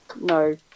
No